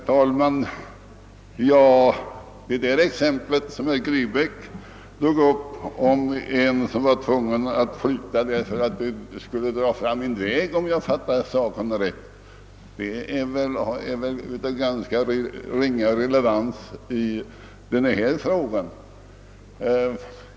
Herr talman! Det exempel som herr Grebäck anförde beträffande en person som var tvungen att flytta därför att en väg skulle dras fram är väl av ganska ringa relevans i detta sammanhang.